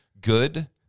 Good